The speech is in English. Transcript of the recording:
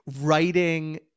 Writing